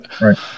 Right